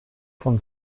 von